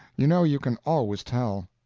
you know you can always tell.